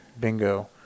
Bingo